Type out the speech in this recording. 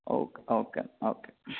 okay okay okay